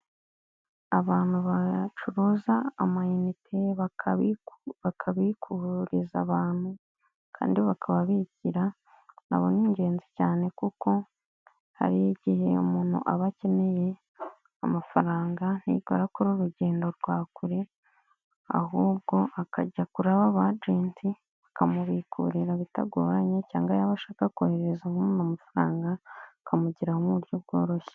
Abantu bacuruza amanite bakabikururiza abantu kandi bakaba bigira nabo ni ingenzi cyane kuko hari igihe umuntu aba akeneye amafaranga ntiyirirwe akora urugendo rwa kure ahubwo akajya kuraba abagenti bakamubikurira bitagoranye cyangwa yaba ashaka koherezamo amafaranga akamugiraho mu buryo bworoshye.